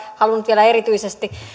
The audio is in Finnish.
halunnut vielä erityisesti